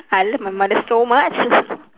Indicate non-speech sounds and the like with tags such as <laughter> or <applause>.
I love my mother so much <laughs>